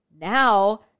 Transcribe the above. now